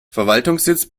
verwaltungssitz